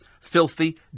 Filthy